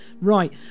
right